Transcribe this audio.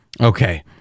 Okay